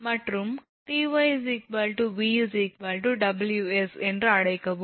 𝑇𝑥 𝐻 𝑊𝑐 மற்றும் 𝑇𝑦 𝑉 𝑊𝑠 என்று அழைக்கவும்